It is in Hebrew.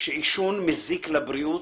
שעישון מזיק לבריאות.